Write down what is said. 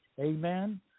Amen